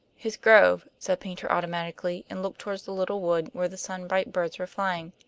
his grove, said paynter automatically, and looked toward the little wood, where the sunbright birds were flying.